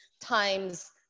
times